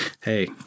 hey